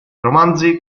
romanzi